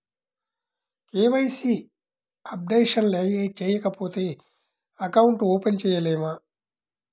KYC updation చేయకపోతే account open చేయలేమా?